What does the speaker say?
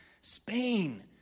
spain